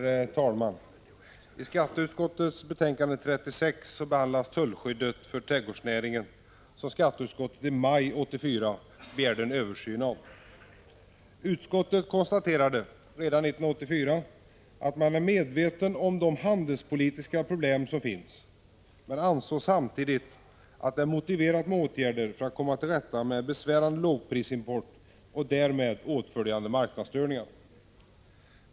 Herr talman! I skatteutskottets betänkande 36 behandlas tullskyddet för trädgårdsnäringen, som skatteutskottet i maj 1984 begärde en översyn av. Utskottet konstaterade redan 1984 att man är medveten om de handelspolitiska problem som finns men ansåg samtidigt att det är motiverat med åtgärder för att komma till rätta med besvärande lågprisimport och därmed åtföljande marknadsstörningar.